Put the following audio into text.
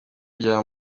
rya